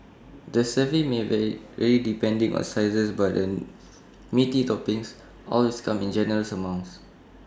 the serving may vary depending on sizes but the meaty toppings always come in generous amounts